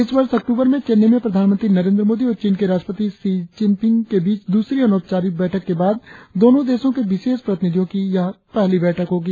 इस वर्ष अक्टूवर में चेन्नई में प्रधानमंत्री नरेंद्र मोदी और चीन के राष्ट्रपति शी चिनफिंग के बीच द्रसरी अनौपचारिक बैठक के बाद दोनो देशों के विशेष प्रतिनिधियों की यह पहली बैठक होगी